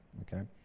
okay